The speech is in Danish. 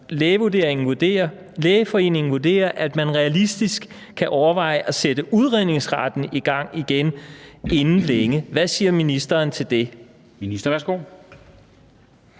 Lægeforeningen vurderer, at man realistisk kan overveje at sætte udredningsretten i gang igen inden længe. Hvad siger ministeren til det?